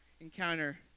encounter